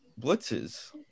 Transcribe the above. blitzes